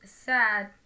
sad